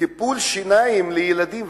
לטיפול שיניים לילדים?